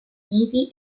uniti